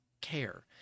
care